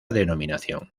denominación